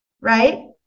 Right